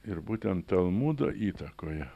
ir būtent talmudo įtakoje